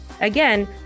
Again